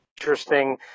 interesting